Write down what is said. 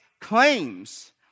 claims